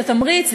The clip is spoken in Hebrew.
את התמריץ,